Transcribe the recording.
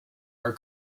are